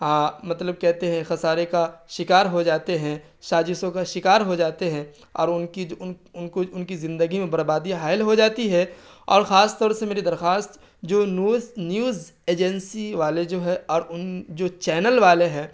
مطلب کہتے ہیں خسارے کا شکار ہو جاتے ہیں سازشوں کا شکار ہو جاتے ہیں اور ان کی ان ان کو ان کی زندگی میں بربادی حائل ہو جاتی ہے اور خاص طور سے میری درخواست جو نیوز ایجنسی والے جو ہے اور ان جو چینل والے ہیں